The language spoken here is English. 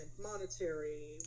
monetary